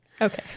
okay